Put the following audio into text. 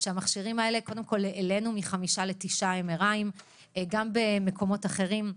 קודם כול העלינו מחמישה לתשעה MRI. גם במקומות אחרים,